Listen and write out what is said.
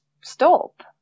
stop